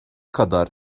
kadar